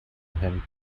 him